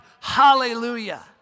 Hallelujah